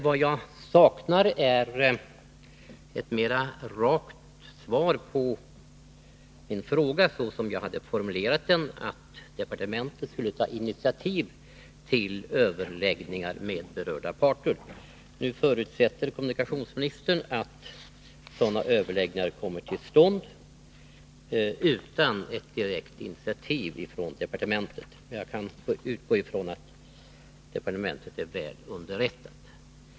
Vad jag saknar är ett mera rakt svar på min fråga så som jag hade formulerat den. Jag undrade alltså om departementet skulle ta initiativ till överläggningar med berörda parter. Nu förutsätter kommunikationsministern att sådana överläggningar kommer till stånd utan ett direkt initiativ från departementet. Jag utgår från att departementet är väl underrättat.